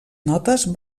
notes